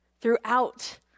throughout